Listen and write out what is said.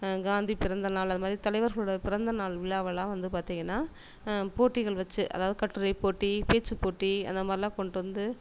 காந்தி பிறந்தநாள் அத மாரி தலைவர்களோட பிறந்தநாள் விழாவலாம் வந்து பார்த்தீங்கன்னா போட்டிகள் வச்சு அதாவது கட்டுரைப் போட்டி பேச்சுப்போட்டி அந்த மாரிலாம் கொண்டுட்டு வந்து